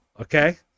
okay